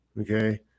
okay